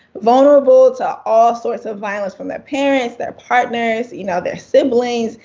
vulnerable to all sorts of violence from their parents, their partners, you know, their siblings,